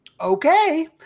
okay